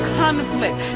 conflict